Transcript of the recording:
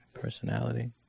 Personality